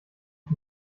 ich